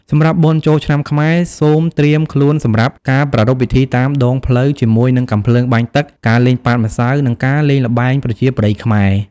សម្រាប់បុណ្យចូលឆ្នាំខ្មែរ សូមត្រៀមខ្លួនសម្រាប់ការប្រារព្ធពិធីតាមដងផ្លូវជាមួយនឹងកាំភ្លើងបាញ់ទឹក ការលេងប៉ាតម្សៅ និងការលែងល្បែងប្រជាប្រិយខ្មែរ។